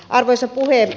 arvoisa puhemies